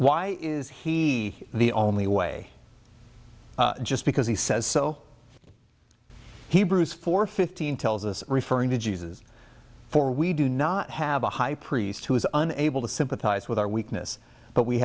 why is he the only way just because he says so hebrews four fifteen tells us referring to jesus for we do not have a high priest who is unable to sympathize with our weakness but we